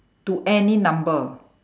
to any number